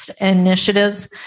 initiatives